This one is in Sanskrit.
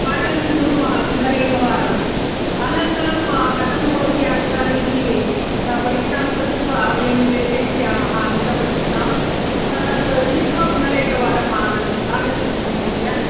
पाठनं कुर्मः पुनरेकवारम् अनन्तरं कथं भवति अङ्कानि इति परीक्षाङ्कृत्वा वयं प्रेषयिष्यामः अङ्कपट्टिकाम् तत् दृष्ट्वा पुनरेकवारं आगच्छतु महोदय